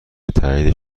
تایید